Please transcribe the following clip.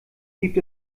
gibt